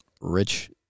Rich